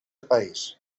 país